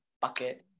bucket